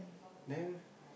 then